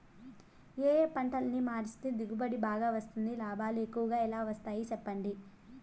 ఏ ఏ పంటలని మారిస్తే దిగుబడి బాగా వస్తుంది, లాభాలు ఎక్కువగా ఎలా వస్తాయి సెప్పండి